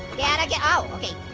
gotta get, oh, okay